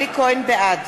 בעד